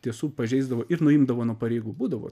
tiesų pažeisdavo ir nuimdavo nuo pareigų būdavo